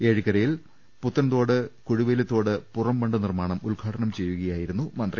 ഏഴിക്കരയിൽ പുത്തൻതോട് കുഴുവേലിതോട് പുറംബണ്ട് നിർമ്മാണം ഉദ്ഘാടനം ചെയ്യുകയായിരുന്നു മന്ത്രി